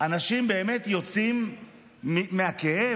אנשים באמת יוצאים מהכאב